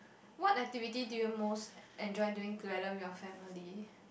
what activity do you most enjoy doing together with your family